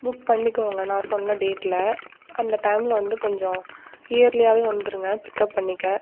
book பண்ணிக்கோங்க நான் சொன்ன டேட்டில் அந்த டைமில் வந்து கொஞ்சம் இயர்லியாகவே வந்துடுங்க பிக்அப் பண்ணிக்க